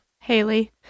Haley